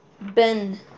Ben